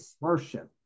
worship